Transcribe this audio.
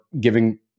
giving